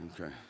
Okay